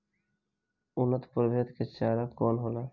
उन्नत प्रभेद के चारा कौन होला?